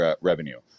revenue